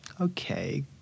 Okay